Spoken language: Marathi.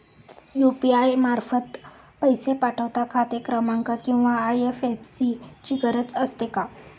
यु.पी.आय मार्फत पैसे पाठवता खाते क्रमांक किंवा आय.एफ.एस.सी ची गरज असते का?